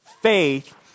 faith